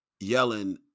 yelling